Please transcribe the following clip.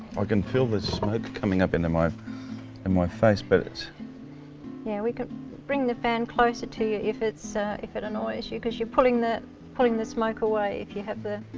i can feel the smoke coming up into my and my face. but yeah we can bring the fan closer to you if it so if it annoys you, cause you're pulling the pulling the smoke away if you have the